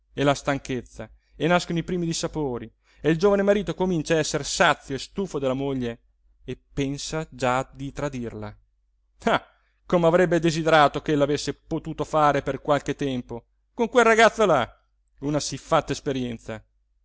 e la stanchezza e nascono i primi dissapori e il giovane marito comincia a esser sazio e stufo della moglie e pensa già di tradirla ah come avrebbe desiderato ch'ella avesse potuto fare per qualche tempo con quel ragazzo là una siffatta esperienza